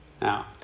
Now